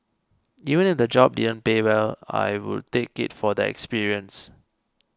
even if the job didn't pay well I would take it for the experience